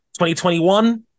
2021